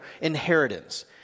inheritance